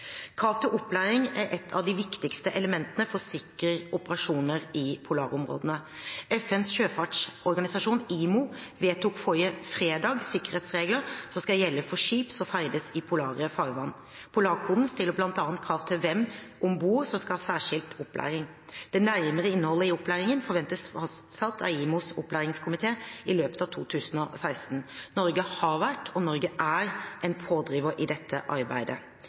Krav til opplæring er et av de viktigste elementene for sikker operasjon i polarområdene. FNs sjøfartsorganisasjon, IMO, vedtok forrige fredag sikkerhetsregler som skal gjelde for skip som ferdes i polare farvann. Polarkoden stiller bl.a. krav til hvem om bord som skal ha særskilt opplæring. Det nærmere innholdet i opplæringen forventes fastsatt av IMOs opplæringskomité i løpet av 2016. Norge har vært – og Norge er – en pådriver i dette arbeidet.